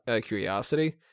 curiosity